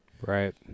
Right